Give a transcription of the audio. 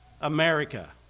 America